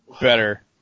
better